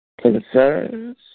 concerns